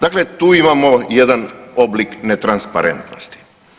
Dakle, tu imamo jedan oblik netransparentnosti.